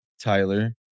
Tyler